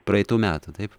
praeitų metų taip